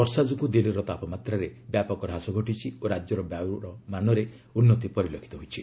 ବର୍ଷା ଯୋଗୁଁ ଦିଲ୍ଲୀର ତାପମାତ୍ରାରେ ବ୍ୟାପକ ହ୍ରାସ ଘଟିଛି ଓ ରାଜ୍ୟର ବାୟୁରମାନରେ ଉନ୍ନତି ପରିଲକ୍ଷିତ ହୋଇଛି